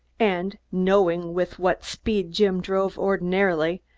and knowing with what speed jim drove ordinarily,